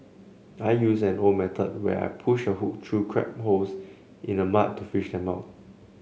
I use an old method where I push a hook through crab holes in the mud to fish them out